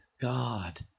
God